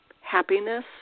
happiness